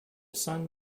sun